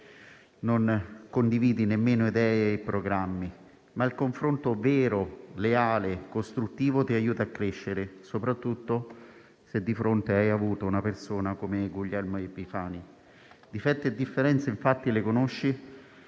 si condividono nemmeno idee e programmi, ma il confronto vero, leale, costruttivo aiuta a crescere, soprattutto se di fronte si ha avuto una persona come Guglielmo Epifani. Difetti e differenze, infatti, si conoscono